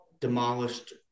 demolished